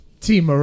Team